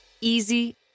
easy